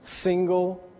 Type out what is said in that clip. single